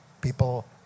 people